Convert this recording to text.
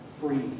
free